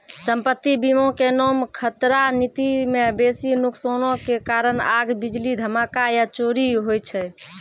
सम्पति बीमा के नाम खतरा नीति मे बेसी नुकसानो के कारण आग, बिजली, धमाका या चोरी होय छै